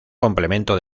complemento